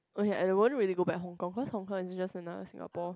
oh ya I won't really go back hong-kong cause hong-kong is just another Singapore